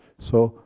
so,